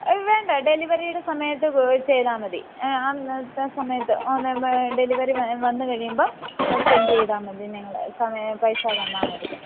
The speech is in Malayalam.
വേണ്ട ഡെലിവെറിടെ സമയത്ത് പോയി ചെയ്താൽ മതി അന്നേരത്തെ സമയത്ത് ഡെലിവറി വന്ന് കഴിയുമ്പോൾ സെൻഡ് ചെയ്താൽ മതി നിങ്ങൾ സമയം പൈസ തന്നാൽ മതി